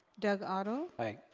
doug otto. aye.